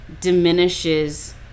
diminishes